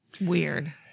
Weird